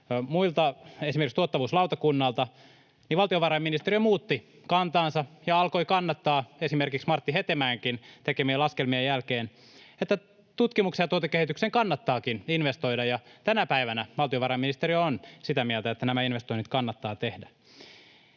tutkijoilta, esimerkiksi tuottavuuslautakunnalta, niin valtiovarainministeriö muutti kantaansa ja alkoi kannattaa esimerkiksi Martti Hetemäenkin tekemien laskelmien jälkeen, että tutkimukseen ja tuotekehitykseen kannattaakin investoida, ja tänä päivänä valtiovarainministeriö on sitä mieltä, että nämä investoinnit kannattaa tehdä.